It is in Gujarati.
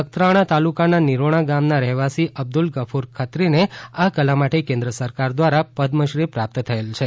નખત્રાણા તાલુકાના નિરોણા ગામના રહેવાસી અબ્દલ ગફર ખત્રીને આ કલા માટે કેન્દ્ર સરકાર દ્વારા પદ્મશ્રી પ્રાપ્ત થયેલ છે